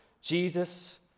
Jesus